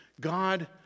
God